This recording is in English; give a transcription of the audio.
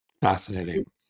fascinating